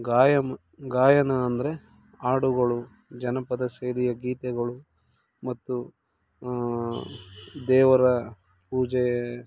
ಗಾಯ ಗಾಯನ ಅಂದರೆ ಆಡುಗಳು ಜನಪದ ಶೈಲಿಯ ಗೀತೆಗಳು ಮತ್ತು ದೇವರ ಪೂಜೆ